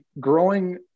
growing